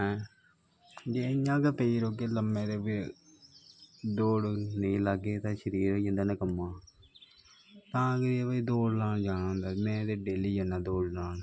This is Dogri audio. हैं जे इयां गै पे रौह्गे लम्मे ते दौड़ नेईं लाह्गे ते शरीर होई जंदा नकम्मा तां करियै दौड़ लान जाना होंदा में ते डेल्ली जन्ना दौड़ लान